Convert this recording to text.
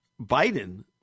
Biden